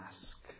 ask